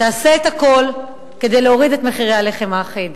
תעשה הכול כדי להוריד את מחירי הלחם האחיד.